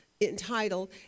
entitled